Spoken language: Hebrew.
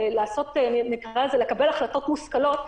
לקבל החלטות מושכלות,